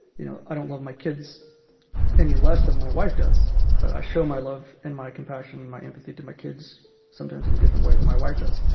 you know, i don't love my kids and any less than my wife does. but i show my love and my compassion and my empathy to my kids sometimes in a different way than my wife does